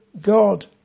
God